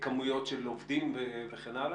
כמויות של עובדים וכו'?